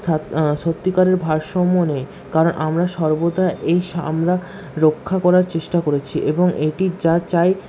সত্যিকারের ভারসাম্য নেই কারণ আমরা সর্বদা এই সামলা রক্ষা করার চেষ্টা করেছি এবং এটি যা চাই